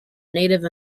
native